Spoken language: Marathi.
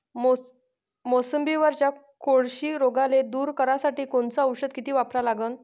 मोसंबीवरच्या कोळशी रोगाले दूर करासाठी कोनचं औषध किती वापरा लागन?